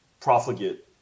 profligate